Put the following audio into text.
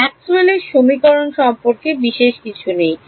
ম্যাক্সওয়েলের সমীকরণ Maxwell'sসম্পর্কে বিশেষ কিছু নেই